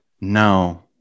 No